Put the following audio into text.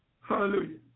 Hallelujah